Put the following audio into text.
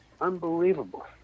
unbelievable